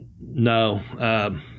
no